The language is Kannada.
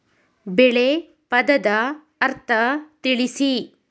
ಬೆಳೆ ಪದದ ಅರ್ಥ ತಿಳಿಸಿ?